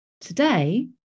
Today